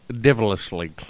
devilishly